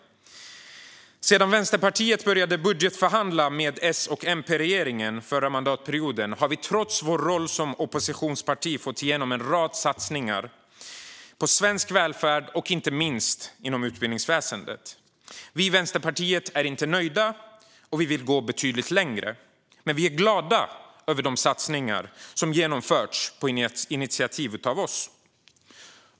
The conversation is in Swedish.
Sedan Vänsterpartiet började budgetförhandla med S och MP-regeringen under förra mandatperioden har vi trots vår roll som oppositionsparti fått igenom en rad satsningar på svensk välfärd och inte minst inom utbildningsväsendet. Vi i Vänsterpartiet är inte nöjda och vill gå betydligt längre, men vi är glada över de satsningar som genomförts på initiativ av oss.